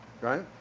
Right